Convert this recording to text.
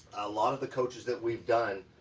a lot of the coaches that we've done,